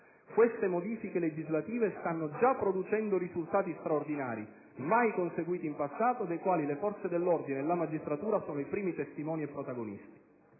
Queste modifiche legislative stanno già producendo risultati straordinari, mai conseguiti in passato, dei quali le forze dell'ordine e la magistratura sono le prime testimoni e protagoniste.